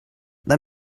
let